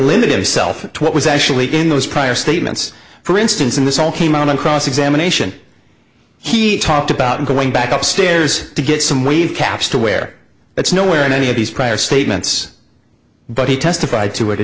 limit yourself to what was actually in those prior statements for instance and this all came out on cross examination he talked about going back upstairs to get some wave caps to wear that's nowhere in any of these prior statements but he testified to a